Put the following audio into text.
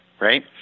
right